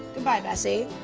goodbye bessie.